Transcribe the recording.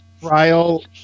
trial